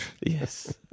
Yes